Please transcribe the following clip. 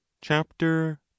chapter